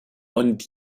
und